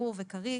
ברור וקריא,